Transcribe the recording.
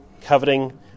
coveting